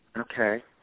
Okay